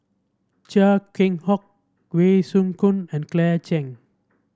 Chia Keng Hock Wee Choon Seng and Claire Chiang